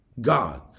God